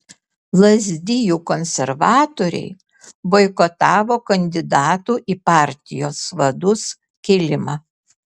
lazdijų konservatoriai boikotavo kandidatų į partijos vadus kėlimą